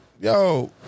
Yo